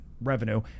revenue